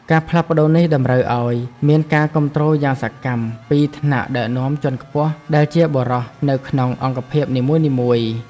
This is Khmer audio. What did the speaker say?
ការផ្លាស់ប្ដូរនេះ តម្រូវឱ្យមានការគាំទ្រយ៉ាងសកម្មពីថ្នាក់ដឹកនាំជាន់ខ្ពស់ដែលជាបុរសនៅក្នុងអង្គភាពនីមួយៗ។